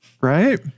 Right